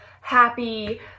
happy